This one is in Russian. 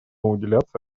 уделяться